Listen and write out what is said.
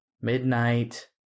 Midnight